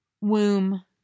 Womb